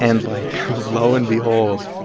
and, like, lo and behold,